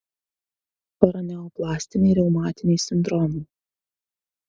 paraneoplastiniai reumatiniai sindromai